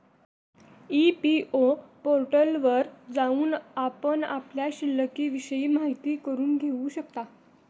EPFO पोर्टलवर जाऊन आपण आपल्या शिल्लिकविषयी माहिती करून घेऊ शकता